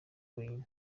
wenyine